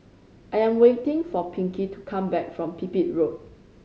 I am waiting for Pinkie to come back from Pipit Road